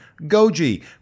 Goji